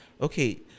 okay